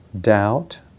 doubt